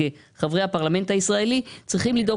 כחברי הפרלמנט הישראלי צריכים לדאוג